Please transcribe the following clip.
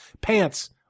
Pants